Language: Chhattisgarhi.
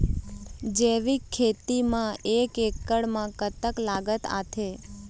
जैविक खेती म एक एकड़ म कतक लागत आथे?